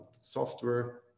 software